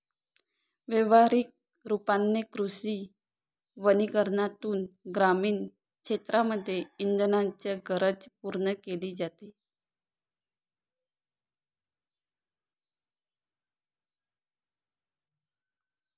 व्यवहारिक रूपाने कृषी वनीकरनातून ग्रामीण क्षेत्रांमध्ये इंधनाची गरज पूर्ण केली जाते